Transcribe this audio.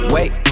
Wait